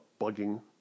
bugging